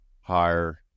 higher